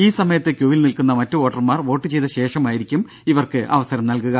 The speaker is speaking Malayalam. ഈ സമയത്ത് ക്യൂവിൽ നിൽക്കുന്ന മറ്റ് വോട്ടർമാർ വോട്ട് ചെയ്ത ശേഷമായിരിക്കും ഇവർക്ക് അവസരം നൽകുക